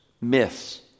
myths